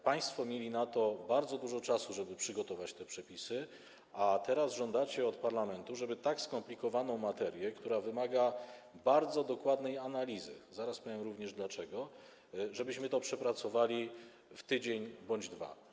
Państwo mieliście bardzo dużo czasu na to, żeby przygotować te przepisy, a teraz żądacie od parlamentu, żebyśmy tak skomplikowaną materię, która wymaga bardzo dokładnej analizy - zaraz powiem dlaczego - przepracowali w tydzień bądź dwa.